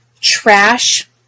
trash